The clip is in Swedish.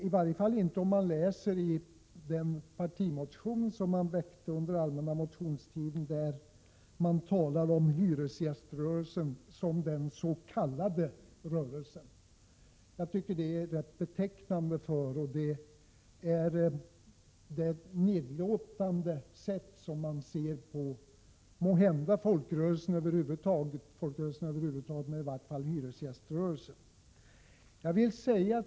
Det intrycket får mani varje fall om man läser den partimotion som moderaterna väckte under den allmänna motionstiden och där man benämner hyresgäströrelsen ”den s.k. rörelsen”. Jag tycker det är rätt betecknande för den nedlåtenhet med vilken moderaterna ser på i varje fall hyresgäströrelsen och måhända folkrörelserna över huvud taget.